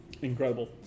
incredible